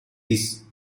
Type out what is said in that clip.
this